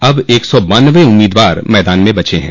अब एक सौ बान्नबे उम्मीदवार मैदान में बचे हैं